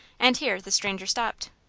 and here the stranger stopped.